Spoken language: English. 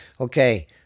Okay